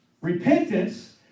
repentance